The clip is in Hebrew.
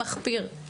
מחפיר.